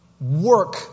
work